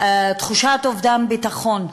תחושת אובדן ביטחון,